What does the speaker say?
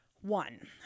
one